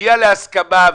נגיע להסכמה.